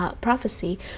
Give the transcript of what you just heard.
prophecy